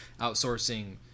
outsourcing